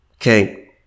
Okay